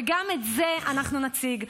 וגם את זה אנחנו נציג.